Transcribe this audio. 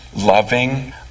loving